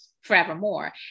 forevermore